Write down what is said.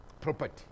property